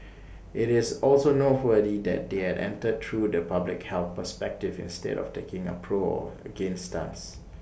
IT is also noteworthy that they are entered through the public health perspective instead of taking A pro or against stance